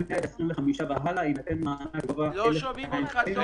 ומהילד ה-25 יינתן מענק של 1,200 שקלים.